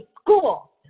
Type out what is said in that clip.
school